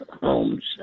homes